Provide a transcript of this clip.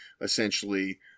essentially